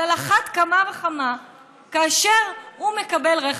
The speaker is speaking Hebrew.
אבל על אחת כמה וכמה כאשר הוא מקבל רכב.